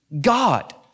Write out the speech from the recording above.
God